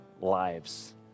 lives